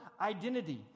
identity